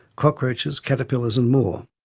cockroaches, caterpillars and more.